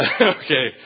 okay